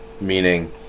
Meaning